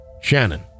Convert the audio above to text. Shannon